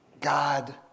God